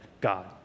God